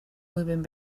moving